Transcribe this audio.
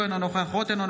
אינו נוכח אליהו רביבו,